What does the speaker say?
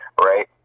Right